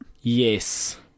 Yes